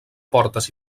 portes